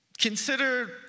Consider